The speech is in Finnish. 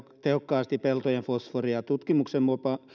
tehokkaasti peltojen fosforia tutkimuksen